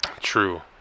True